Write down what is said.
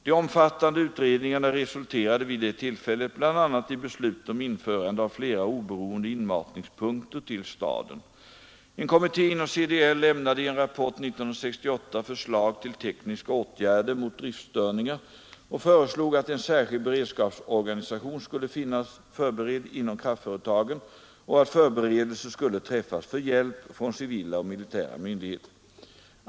De omfattande utredningarna resulterade vid det tillfället bl.a. i beslut om införande av flera oberoende inmatningspunkter till staden. En kommitté inom CDL lämnade i en rapport 1968 förslag till tekniska åtgärder mot driftstörningar och föreslog att en särskild beredskapsorganisation skulle finnas förberedd inom kraftföretagen och att förberedelser skulle träffas för hjälp från civila och militära myndigheter.